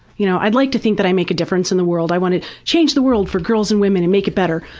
you know i'd like to think i make a difference in the world. i want to change the world for girls and women and make it better.